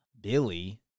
Billy